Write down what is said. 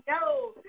no